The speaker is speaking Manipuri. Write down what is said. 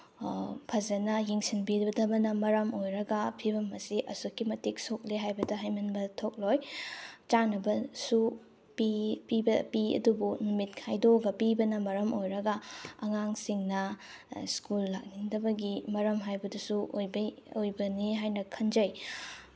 ꯐꯖꯅ ꯌꯦꯡꯁꯤꯟꯕꯤꯗꯕꯅ ꯃꯔꯝ ꯑꯣꯏꯔꯒ ꯐꯤꯕꯝ ꯑꯁꯤ ꯑꯁꯨꯛꯀꯤ ꯃꯇꯤꯛ ꯁꯣꯛꯂꯦ ꯍꯥꯏꯕꯗ ꯍꯥꯏꯃꯟꯕ ꯊꯣꯛꯂꯣꯏ ꯆꯥꯅꯕꯁꯨ ꯄꯤ ꯑꯗꯨꯕꯨ ꯅꯨꯃꯤꯠ ꯈꯥꯏꯗꯣꯛꯑꯒ ꯄꯤꯕꯅ ꯃꯔꯝ ꯑꯣꯏꯔꯒ ꯑꯉꯥꯡꯁꯤꯡꯅ ꯁ꯭ꯀꯨꯜ ꯂꯥꯛꯅꯤꯡꯗꯕꯒꯤ ꯃꯔꯝ ꯍꯥꯏꯕꯗꯨꯁꯨ ꯑꯣꯏꯕꯅꯤ ꯍꯥꯏꯅ ꯈꯟꯖꯩ